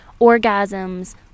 orgasms